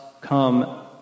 come